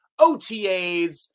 OTAs